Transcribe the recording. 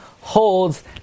holds